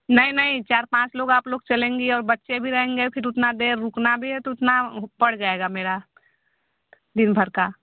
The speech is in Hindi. नहीं नहीं चार पाँच लोग आप लोग चलेंगी और बच्चे भी रहेंगे फिर उतना देर रुकना भी है तो उतना पड़ जाएगा मेरा दिन भर का